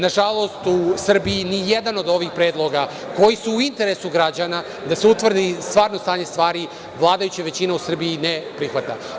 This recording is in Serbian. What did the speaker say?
Nažalost, u Srbiji nijedan od ovih predloga koji su u interesu građana da se utvrdi stvarno stanje stvari vladajuća većina u Srbiji ne prihvata.